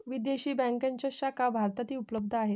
विदेशी बँकांच्या शाखा भारतातही उपलब्ध आहेत